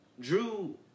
Drew